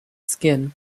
skin